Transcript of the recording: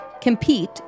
compete